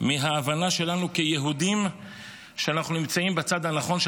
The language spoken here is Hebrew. מההבנה שלנו כיהודים שאנחנו נמצאים בצד הנכון של